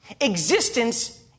Existence